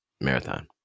marathon